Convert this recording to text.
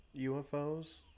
UFOs